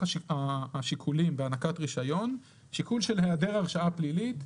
השיקולים בהענקת רישיון שיקול של היעדר הרשעה פלילית.